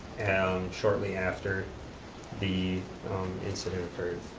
and shortly after the incident occurred.